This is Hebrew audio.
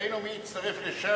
בינתיים ראינו מי הצטרף לש"ס,